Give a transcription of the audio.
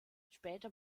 später